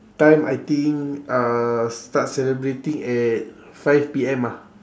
time I think uh start celebrating at five P_M ah